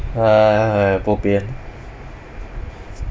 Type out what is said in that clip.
bo pian